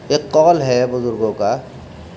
ایک قول ہے بزرگوں کا